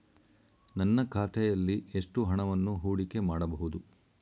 ನನ್ನ ಖಾತೆಯಲ್ಲಿ ಎಷ್ಟು ಹಣವನ್ನು ಹೂಡಿಕೆ ಮಾಡಬಹುದು?